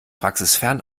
praxisfern